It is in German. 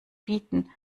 bieten